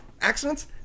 accidents